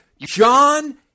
john